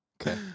Okay